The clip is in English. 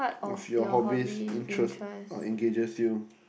of your hobbies interest or engages you